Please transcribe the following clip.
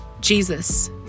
Jesus